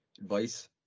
advice